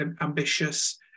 ambitious